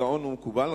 גאון ומקובל,